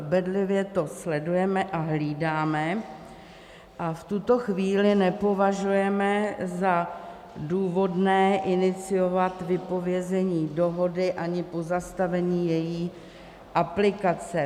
Bedlivě to sledujeme a hlídáme a v tuto chvíli nepovažujeme za důvodné iniciovat vypovězení dohody ani pozastavení její aplikace.